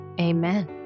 Amen